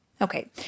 Okay